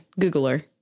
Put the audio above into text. Googler